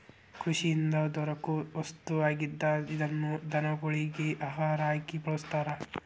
ಕೃಷಿಯಿಂದ ದೊರಕು ವಸ್ತು ಆಗಿದ್ದ ಇದನ್ನ ದನಗೊಳಗಿ ಆಹಾರಾ ಆಗಿ ಬಳಸ್ತಾರ